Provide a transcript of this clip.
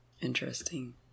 Interesting